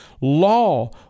Law